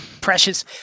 precious